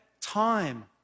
time